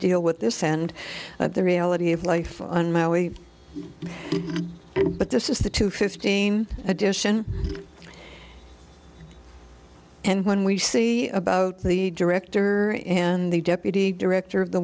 deal with this and the reality of life on my way but this is the two fifteen edition and when we see about the director and the deputy director of the